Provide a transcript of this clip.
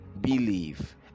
believe